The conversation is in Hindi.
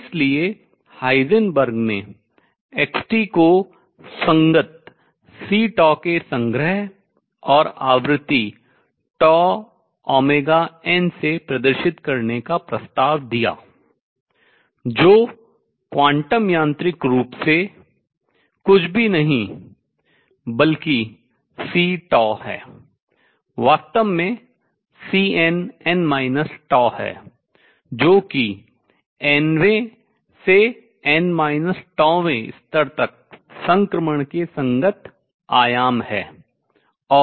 इसलिए हाइजेनबर्ग ने xt को संगत C के संग्रह और आवृत्ति τωn से प्रदर्शित करने का प्रस्ताव दिया जो क्वांटम यांत्रिक रूप से कुछ भी नहीं बल्कि C है वास्तव में Cnn τ है जो कि n वें से n τवें स्तर तक संक्रमण के संगत आयाम है